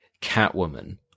Catwoman